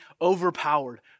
overpowered